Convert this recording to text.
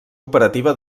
operativa